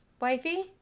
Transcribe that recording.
wifey